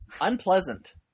unpleasant